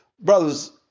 Brothers